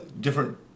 different